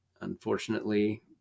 unfortunately